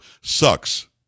sucks